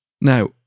now